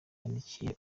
yandikiye